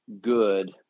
good